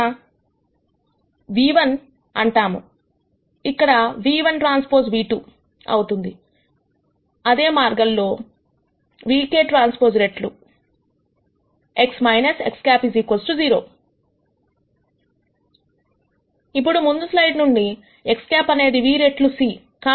ఇక్కడ vTఅంటాము ఇక్కడ ν₁Tν ₂ ట్రాన్స్పోస్ అవుతుంది అదే మార్గంలో vkT రెట్లు X X̂ 0 ఇప్పుడు ముందుస్లైడ్ నుండి X̂ అనేది v రెట్లు c